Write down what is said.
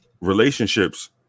relationships